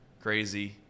crazy